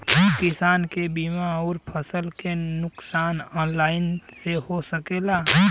किसान के बीमा अउर फसल के नुकसान ऑनलाइन से हो सकेला?